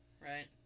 right